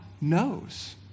knows